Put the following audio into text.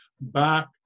back